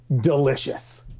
delicious